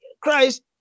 Christ